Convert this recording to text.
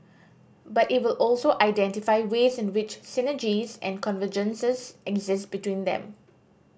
but it will also identify ways in which synergies and convergences exist between them